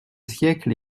siècle